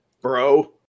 bro